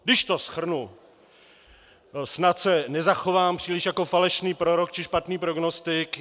Když to shrnu, snad se nezachovám příliš jako falešný prorok či špatný prognostik.